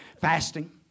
Fasting